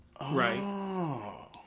Right